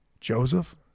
Joseph